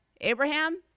Abraham